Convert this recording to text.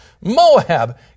Moab